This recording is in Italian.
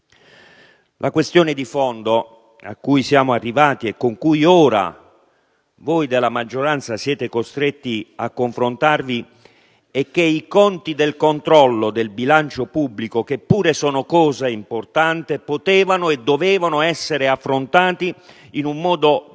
La questione di fondo a cui siamo arrivati, e con cui ora voi della maggioranza siete costretti a confrontarvi, è che il controllo del bilancio pubblico, che pure è cosa importante, poteva e doveva essere affrontato in un modo diverso